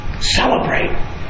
celebrate